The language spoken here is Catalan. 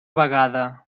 vegada